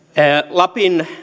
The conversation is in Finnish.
lapin